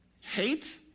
Hate